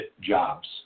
jobs